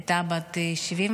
היא הייתה בת 77,